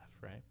right